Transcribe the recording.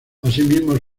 asimismo